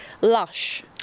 lush